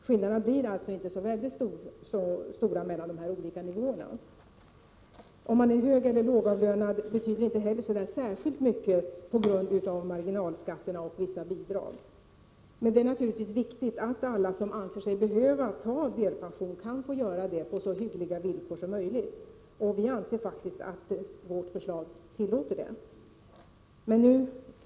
Skillnaderna blir alltså inte så väldigt stora mellan de olika nivåerna. Om man är högeller lågavlönad betyder inte heller särskilt mycket på grund av marginalskatterna och vissa bidrag. Det är naturligtvis viktigt att alla som anser sig behöva ta delpension får göra det på så hyggliga villkor som möjligt. Vi anser faktiskt att vårt förslag ger goda villkor.